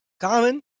common